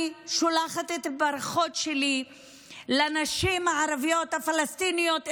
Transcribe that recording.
אני שולחת את הברכות שלי לנשים הערביות הפלסטיניות,